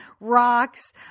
rocks